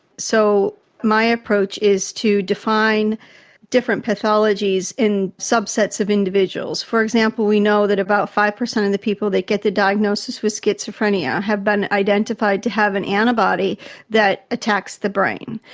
so my approach is to define different pathologies in subsets of individuals. for example, we know that about five percent of the people that get the diagnosis of schizophrenia have been identified to have an antibody that attacks the brain.